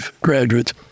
graduates